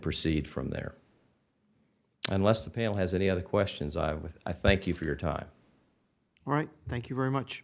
proceed from there unless the panel has any other questions with i thank you for your time all right thank you very much